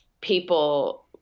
People